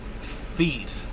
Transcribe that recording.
feet